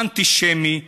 אנטישמי,